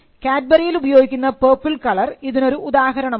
കാഡ്ബറിയിൽ ഉപയോഗിക്കുന്ന purple colour ഇതിനൊരു ഉദാഹരണമാണ്